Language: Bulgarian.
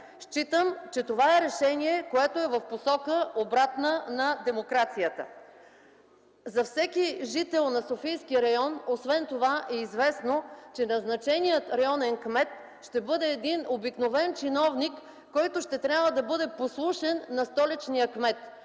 Считам, че това е решение, което е в посока, обратна на демокрацията. За всеки жител на софийски район, освен това е известно, че назначеният районен кмет ще бъде един обикновен чиновник, който ще трябва да бъде послушен на столичния кмет,